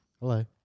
Hello